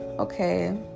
okay